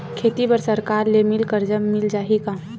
खेती बर सरकार ले मिल कर्जा मिल जाहि का?